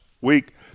week